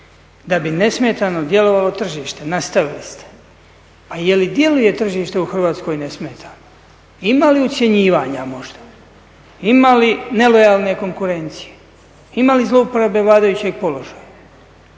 da bi nesmetano djelovalo tržište, nastavili ste. Pa je li djeluje tržište u Hrvatskoj nesmetano? Ima li ucjenjivanja možda? Ima li nelojalne konkurencije? Ima li zlouporabe vladajućeg položaja?